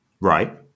Right